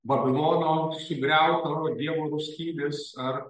babilono sugriauto dievo rūstybės ar